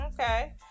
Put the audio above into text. Okay